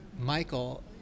Michael